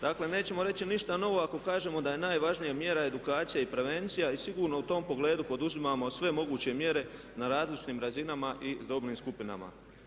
Dakle, nećemo reći ništa novo ako kažemo da je najvažnija mjera edukacija i prevencija i sigurno u tom pogledu poduzimamo sve moguće mjere na različitim razinama i dobnim skupinama.